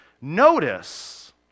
Notice